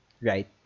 right